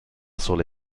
sole